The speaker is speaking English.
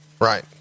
Right